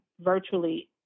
virtually